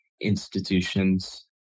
institutions